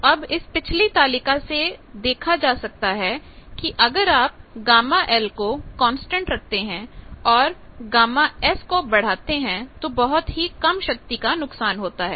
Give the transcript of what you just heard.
तो अब इस पिछली तालिका से देखा जा सकता है कि अगर आप γL को कांस्टेंट रखते हैं और γS को बढ़ाते हैं तो बहुत ही कम शक्ति का नुकसान होता है